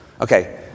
okay